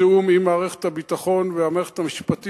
בתיאום עם מערכת הביטחון והמערכת המשפטית,